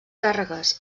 càrregues